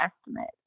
estimate